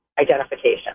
identification